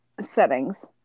Settings